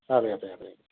അതേയതെ അതേയതെ